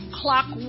clock